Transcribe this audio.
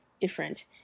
different